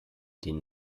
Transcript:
den